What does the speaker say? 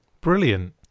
Brilliant